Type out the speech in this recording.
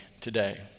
today